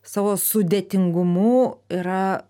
savo sudėtingumu yra